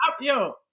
Yo